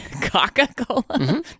Coca-Cola